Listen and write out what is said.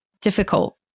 difficult